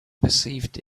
perceived